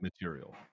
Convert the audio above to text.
material